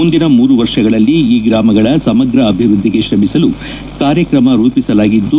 ಮುಂದಿನ ಮೂರು ವರ್ಷಗಳಲ್ಲಿ ಈ ಗ್ರಾಮಗಳ ಸಮರ್ರ ಅಭಿವೃದ್ದಿಗೆ ತ್ರಮಿಸಲು ಕಾರ್ಯಕ್ರಮ ರೂಪಿಸಲಾಗಿದ್ದು